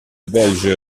belge